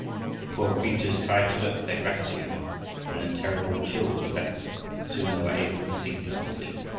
the poor creatures tried to look their gratitude when the terrible chills left them, and soon they were able to sink into sleep.